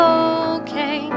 okay